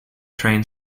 train